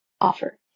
offer